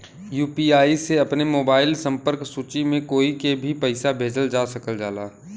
UPI से अपने mobile संपर्क सूची में कोई के भी पइसा भेजल जा सकल जाला